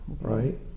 Right